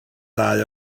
ddau